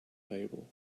table